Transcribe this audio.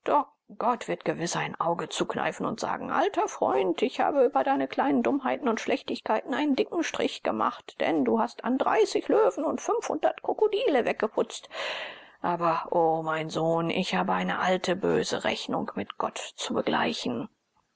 gott wird gewiß ein auge zukneifen und sagen alter freund ich habe über deine kleinen dummheiten und schlechtigkeiten einen dicken strich gemacht denn du hast an dreißig löwen und fünfhundert krokodile weggeputzt aber o mein sohn aber ich habe eine alte böse rechnung mit gott zu begleichen